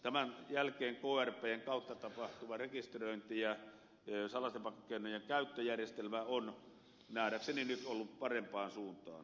tämän jälkeen krpn kautta tapahtuva rekisteröinti ja salaisten pakkokeinojen käyttöjärjestelmä ovat nähdäkseni nyt olleet parempaan suuntaan